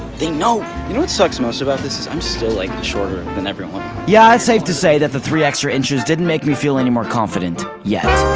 they know! you know what sucks most about this is i'm still like shorter, than everyone. yeah, it's safe to say that the three extra inches didn't make me feel any more confident. yet.